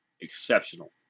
exceptional